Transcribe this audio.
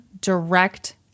direct